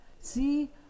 See